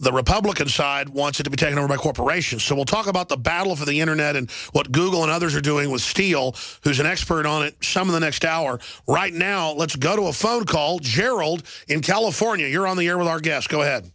the republican side wants to be taken over by corporations so we'll talk about the battle for the internet and what google and others are doing with steele who's an expert on some of the next hour right now let's go to a phone call gerald in california you're on the air with our guests go ahead